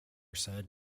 said